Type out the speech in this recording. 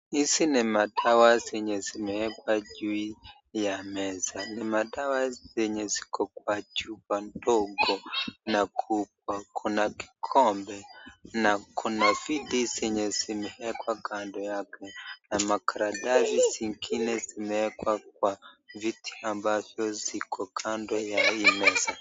Hizi ni madawa zenye zimewekwa juu ya meza. Ni madawa zenye ziko kwa chupa ndogo na kubwa. Kuna kikombe na kuna viti zenye zimewekwa kando yake na makaratasi zingine zimewekwa kwa viti ambazo ziko kando ya hii meza.